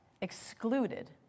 excluded